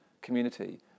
community